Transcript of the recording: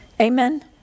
Amen